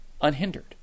Unhindered